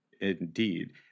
indeed